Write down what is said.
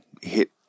hit